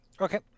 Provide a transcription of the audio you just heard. Okay